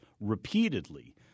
repeatedly